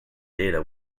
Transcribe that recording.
data